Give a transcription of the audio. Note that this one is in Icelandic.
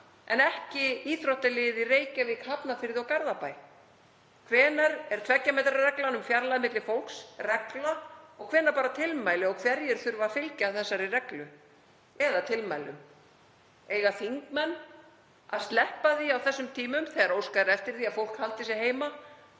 en ekki íþróttalið í Reykjavík, Hafnarfirði og Garðabæ? Hvenær er tveggja metra reglan um fjarlægð milli fólks regla og hvenær bara tilmæli og hverjir þurfa að fylgja þessari reglu eða tilmælum? Eiga þingmenn að sleppa því á þessum tímum, þegar óskað er eftir því að fólk haldi sig heima,